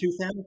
2000